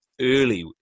early